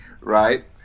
right